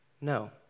no